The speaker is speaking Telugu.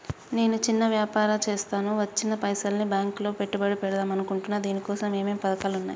నేను చిన్న వ్యాపారం చేస్తా వచ్చిన పైసల్ని బ్యాంకులో పెట్టుబడి పెడదాం అనుకుంటున్నా దీనికోసం ఏమేం పథకాలు ఉన్నాయ్?